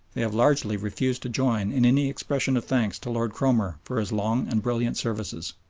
they have largely refused to join in any expression of thanks to lord cromer for his long and brilliant services.